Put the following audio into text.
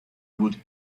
would